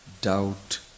doubt